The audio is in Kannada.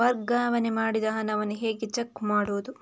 ವರ್ಗಾವಣೆ ಮಾಡಿದ ಹಣವನ್ನು ಹೇಗೆ ಚೆಕ್ ಮಾಡುವುದು?